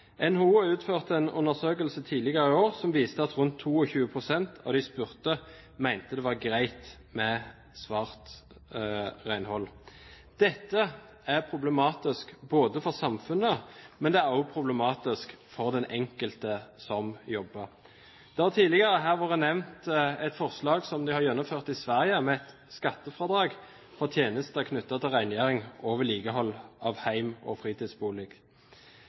NHO utførte en undersøkelse tidligere i år som viste at rundt 22 pst. av de spurte mente det var greit med «svart» renhold. Dette er problematisk både for samfunnet og for den enkelte som jobber. Det har tidligere her vært nevnt et forslag som de har gjennomført i Sverige, om et skattefradrag for tjenester knyttet til rengjøring og vedlikehold av hjem og fritidsbolig.